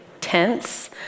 tense